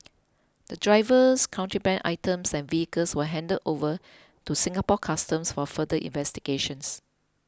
the drivers contraband items and vehicles were handed over to Singapore Customs for further investigations